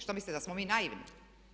Što mislite da smo mi naivni?